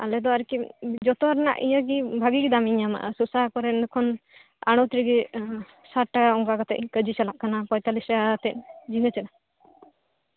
ᱟᱞᱮ ᱫᱚ ᱟᱨᱠᱤ ᱡᱷᱚᱛᱚ ᱨᱮᱱᱟᱜ ᱜᱮ ᱵᱷᱟᱜᱤ ᱜᱮ ᱫᱟᱢ ᱞᱮ ᱧᱟᱢᱟ ᱥᱚᱥᱟ ᱠᱚᱨᱮ ᱠᱷᱚᱱ ᱟᱲᱚᱛ ᱨᱮᱜᱮ ᱥᱟᱚ ᱴᱟᱠᱟ ᱚᱱᱠᱟ ᱠᱟᱛᱮ ᱜᱮ ᱠᱮᱡᱤ ᱪᱟᱞᱟᱜ ᱠᱟᱱᱟ ᱯᱚᱸᱭᱛᱟᱞᱞᱤᱥ ᱴᱟᱠᱟ ᱠᱟᱛᱮ ᱡᱷᱤᱸᱜᱟᱹ ᱪᱟᱞᱟᱜ ᱠᱟᱱᱟ